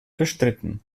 bestritten